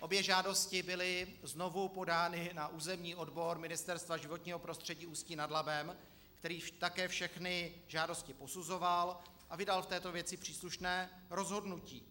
Obě žádosti byly znovu podány na územní odbor Ministerstva životního prostředí v Ústí nad Labem, který také všechny žádosti posuzoval a vydal v této věci příslušné rozhodnutí.